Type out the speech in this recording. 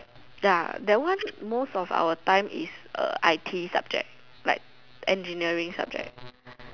ya that one most of our time is uh I_T subject like engineering subject